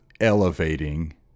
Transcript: elevating